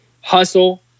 hustle